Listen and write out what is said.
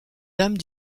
dame